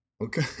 okay